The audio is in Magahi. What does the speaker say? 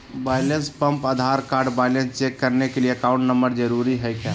Balance pump Aadhaar card balance check करने के लिए अकाउंट नंबर जरूरी है क्या?